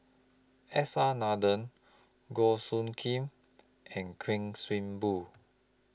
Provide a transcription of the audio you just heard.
S R Nathan Goh Soo Khim and Kuik Swee Boon